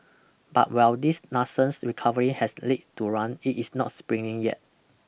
but while this nascent recovery has leg to run it is not sprinting yet